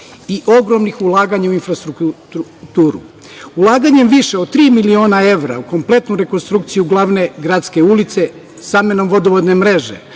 i ogromnih ulaganja u infrastrukturu. Ulaganjem više od tri miliona evra u kompletnu rekonstrukciju glavne gradske ulice, zamenom vodovodne mreže,